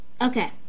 Okay